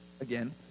again